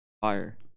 Fire